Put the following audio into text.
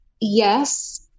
yes